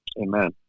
Amen